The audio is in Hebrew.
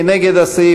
מי נגד הסעיף?